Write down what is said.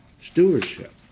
stewardship